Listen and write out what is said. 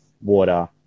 water